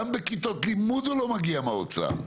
גם בכיתות לימוד הוא לא מגיע מהאוצר,